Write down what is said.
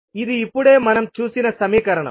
ఇది ఇప్పుడే మనం చూసిన సమీకరణం